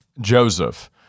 Joseph